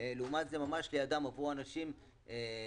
ולעומת זה ממש על ידם עברו אנשים שלא